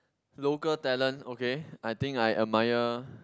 local talent okay I think I admire